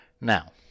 Now